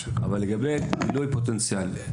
לגבי זיהוי פוטנציאל.